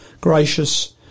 gracious